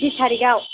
थ्रिस थारिखआव